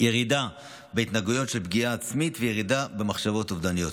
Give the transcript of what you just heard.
ירידה בהתנהגויות של פגיעה עצמית וירידה במחשבות אובדניות.